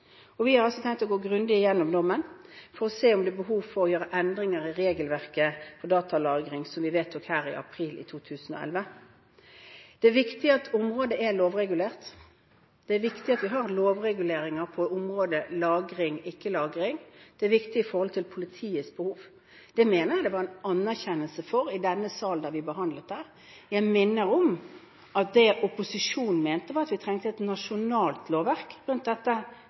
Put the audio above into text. og EØS-avtalen. Vi har altså tenkt å gå grundig igjennom dommen for å se om det er behov for å gjøre endringer i regelverket for datalagring, som vi vedtok her i april i 2011. Det er viktig at området er lovregulert. Det er viktig at vi har lovreguleringer på området lagring/ikke-lagring. Det er viktig med tanke på politiets behov. Det mener jeg det var en anerkjennelse av i denne sal da vi behandlet det. Jeg minner om at det opposisjonen mente den gangen, var at vi trengte et nasjonalt lovverk på dette